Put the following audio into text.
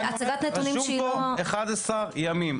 רשום פה 11 ימים.